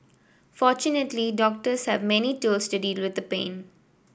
fortunately doctors have many tools to deal with pain